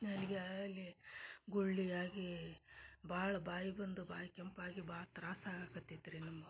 ನನಗೆ ಅಲ್ಲಿ ಗುಳ್ಳಿಯಾಗೀ ಭಾಳ ಬಾಯಿ ಬಂದು ಬಾಯಿ ಕೆಂಪಾಗಿ ಭಾಳ ತ್ರಾಸಾಗಕತ್ತೈತ್ರಿ ನಮ್ಮ